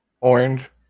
orange